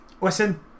listen